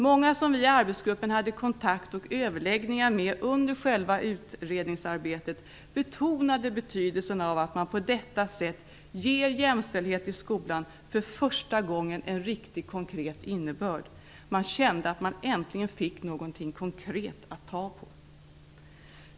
Många som vi i arbetsgruppen hade kontakt och överläggningar med under själva utredningsarbetet betonade betydelsen av att man på detta sätt ger jämställdhet i skolan för första gången en konkret innebörd. Man kände att man äntligen fick någonting konkret att ta på.